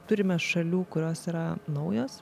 turime šalių kurios yra naujos